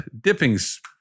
dipping's